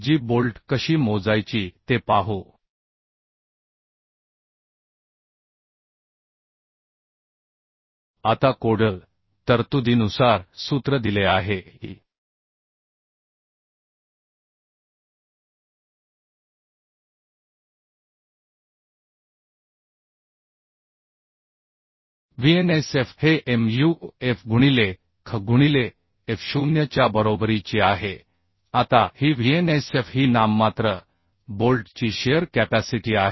जी bolt कशी मोजायची ते पाहू आता कोडल तरतुदीनुसार सूत्र दिले आहे की Vnsf हे Muf गुणिले Kh गुणिले F0 च्या बरोबरीची आहे आता ही Vnsf ही नाममात्र बोल्ट ची शिअर कॅपॅसिटी आहे